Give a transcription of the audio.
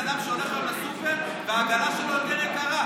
אדם שהולך היום לסופר והעגלה שלו יותר יקרה.